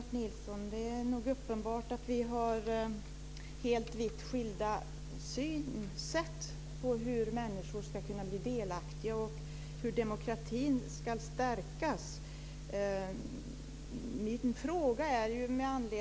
Fru talman! Det är nog uppenbart, Lennart Nilsson, att vi har vitt skilda synsätt på hur människor ska bli delaktiga och hur demokratin ska stärkas.